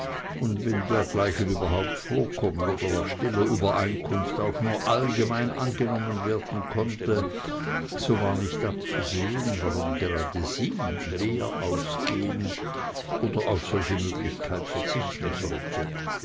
und wenn dergleichen überhaupt vorkommen oder nach stiller übereinkunft auch nur allgemein angenommen werden konnte so war nicht abzusehen warum gerade sie leer ausgehen oder auf solche möglichkeit verzichten sollte